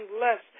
less